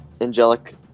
Angelic